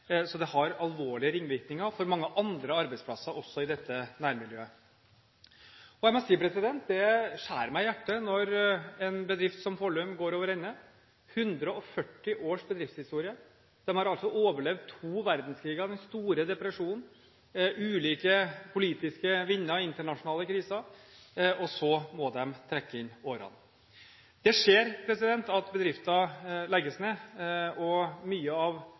så det har alvorlige ringvirkninger også for mange andre arbeidsplasser i dette nærmiljøet. Jeg må si at det skjærer meg i hjertet når en bedrift som Follum, med 140 års bedriftshistorie, går over ende. De har altså overlevd to verdenskriger, den store depresjonen, ulike politiske vinder, internasjonale kriser, og så må de trekke inn årene. Det skjer at bedrifter legges ned. Mye av